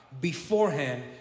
Beforehand